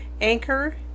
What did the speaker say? Anchor